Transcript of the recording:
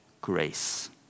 grace